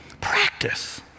practice